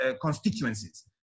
constituencies